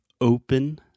open